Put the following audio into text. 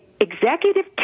executive